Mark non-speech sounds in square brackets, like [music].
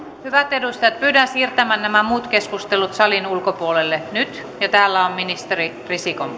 hyvät edustajat pyydän siirtämään nämä muut keskustelut salin ulkopuolelle nyt täällä on ministeri risikon [unintelligible]